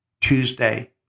Tuesday